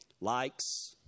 likes